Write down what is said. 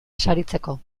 saritzeko